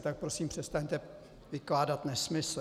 Tak prosím přestaňte vykládat nesmysly.